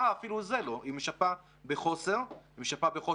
אנחנו חושבים כאזרחים שהחיבור לצבא הקבע לוקה בחסר איפשהו.